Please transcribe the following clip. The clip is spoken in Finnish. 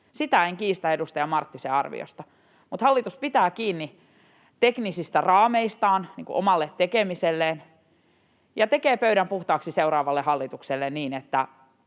sitä en kiistä edustaja Marttisen arviosta, mutta hallitus pitää kiinni teknisistä raameistaan omalle tekemiselleen ja tekee pöydän puhtaaksi seuraavalle hallitukselle niin, että